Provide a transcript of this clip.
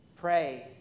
pray